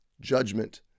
judgment